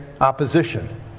opposition